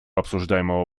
обсуждаемого